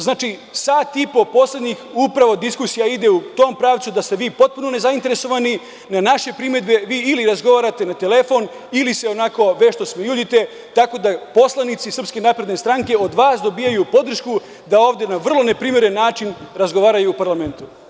Znači, sat i po poslednjih, upravo diskusija ide u tom pravcu da ste vi potpuno nezainteresovani na naše primedbe, vi ili razgovarate na telefon, ili se onako vešto smejuljite, tako da poslanici SNS, od vas dobijaju podršku da ovde na vrlo neprimeren način razgovaraju u parlamentu.